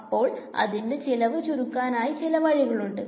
അപ്പോൾ അതിന്റെ ചിലവ് ചുരുക്കാനായി ചില വഴികളുണ്ട്